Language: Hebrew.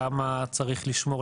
לגבי כמה צריך לשמור,